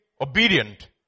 obedient